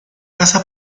casa